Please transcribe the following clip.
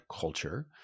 culture